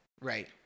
Right